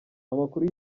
amakuru